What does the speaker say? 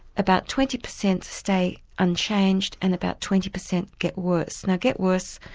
about twenty percent stay unchanged, and about twenty percent get worse. now get worse,